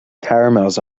caramels